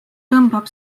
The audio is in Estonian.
tõmbab